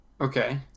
Okay